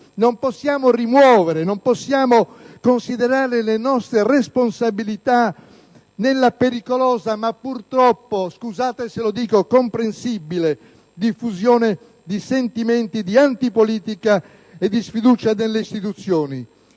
non possiamo rimuovere né considerare le nostre responsabilità nella pericolosa, ma purtroppo comprensibile, diffusione di sentimenti di antipolitica e di sfiducia nelle istituzioni.